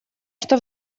что